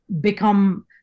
become